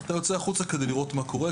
אתה יוצא החוצה כדי לראות מה קורה,